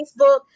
Facebook